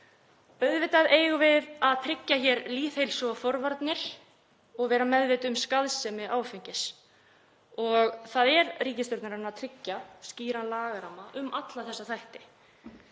Auðvitað eigum við að tryggja lýðheilsu og forvarnir og vera meðvituð um skaðsemi áfengis og það er ríkisstjórnarinnar að tryggja skýran lagaramma um alla þessa þætti.